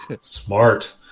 Smart